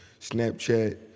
Snapchat